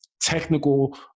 technical